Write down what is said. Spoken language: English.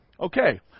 Okay